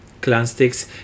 ClanSticks